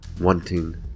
wanting